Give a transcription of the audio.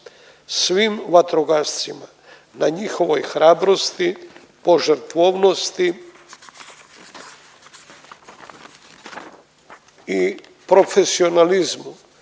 svim vatrogascima na njihovoj hrabrosti, požrtvovnosti i profesionalizmu